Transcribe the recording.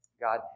God